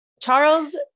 Charles